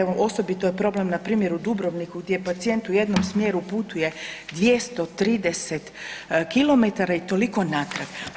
Evo osobito je problem na primjer u Dubrovniku gdje pacijent u jednom smjeru putuje 230 km i toliko natrag.